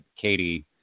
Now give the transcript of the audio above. Katie